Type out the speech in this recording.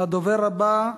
הדובר הבא,